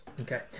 Okay